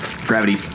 gravity